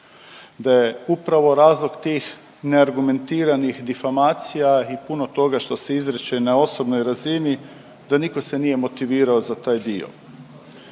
da je upravo razlog tih neargumentiranih difamacija i puno toga što se izriče na osobnoj razini da niko se nije motivirao za taj dio.